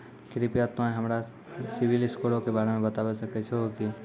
कृपया तोंय हमरा सिविल स्कोरो के बारे मे बताबै सकै छहो कि?